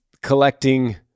collecting